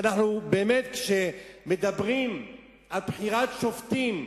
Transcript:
כשאנחנו מדברים על בחירת שופטים,